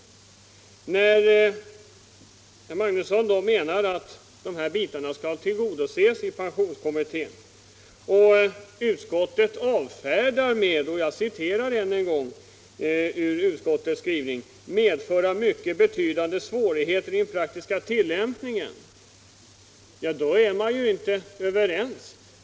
När herr Magnusson menar att de här bitarna skall tillgodoses i pensionskommitténs arbete och när utskottet avfärdar vår motion med att ett sådant pensionsberäkningssystem som vi föreslår skulle ”medföra mycket betydande svårigheter i den praktiska tillämpningen” är man ju inte överens.